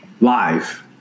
live